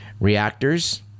reactors